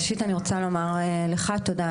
ראשית אני רוצה לומר לך תודה,